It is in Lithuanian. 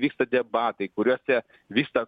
vyksta debatai kuriuose vyksta